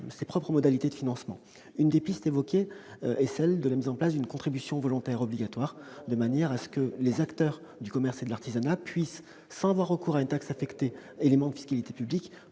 ses propres modalités de financement. L'une des pistes évoquées est la mise en place d'une contribution volontaire obligatoire de manière à ce que les acteurs du commerce et de l'artisanat puissent, sans avoir recours à une taxe affectée, élément de fiscalité publique,